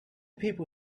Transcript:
people